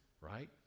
Right